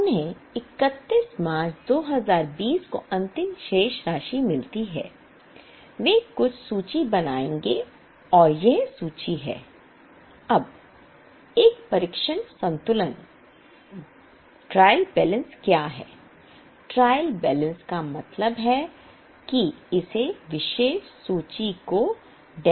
उन्हें 31 मार्च 2020 को अंतिम शेष राशि मिलती है वे एक सूची बनाएंगे और यह सूची है